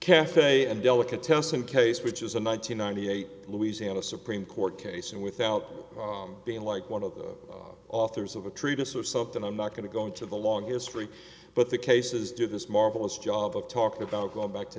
and delicatessen case which is a nine hundred ninety eight louisiana supreme court case and without being like one of the authors of a treatise or something i'm not going to go into the long history but the cases did this marvelous job of talking about going back to